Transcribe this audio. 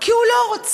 כי הוא לא רוצה.